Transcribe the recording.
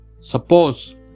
Suppose